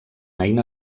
eina